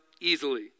easily